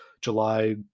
July